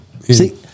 see